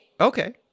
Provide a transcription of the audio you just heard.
Okay